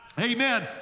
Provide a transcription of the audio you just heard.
amen